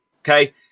okay